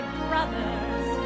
brothers